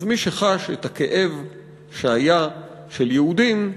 אז מי שחש את הכאב שהיה של יהודים,